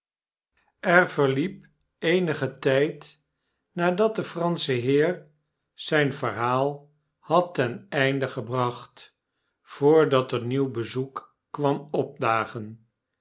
er verliep eenige tyd nadat de pransche heer zijn verhaal had ten einde gebracht voordat er nieuw bezoek kwam opdagen